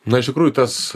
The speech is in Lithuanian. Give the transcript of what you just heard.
na iš tikrųjų tas